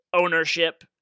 ownership